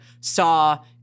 saw